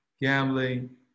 gambling